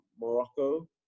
Morocco